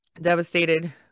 Devastated